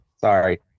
sorry